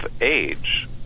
age